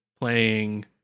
playing